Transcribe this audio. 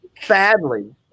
Sadly